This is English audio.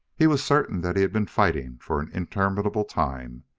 he was certain that he had been fighting for an interminable time,